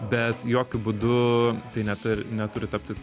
bet jokiu būdu tai netur neturi tapti